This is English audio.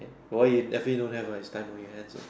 but what you definitely don't have uh is time on your hands uh